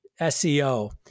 SEO